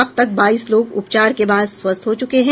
अब तक बाईस लोग उपचार के बाद स्वस्थ हो चुके हैं